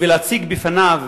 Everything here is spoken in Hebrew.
ולהציג בפניו,